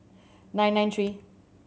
nine nine three